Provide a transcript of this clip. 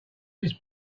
this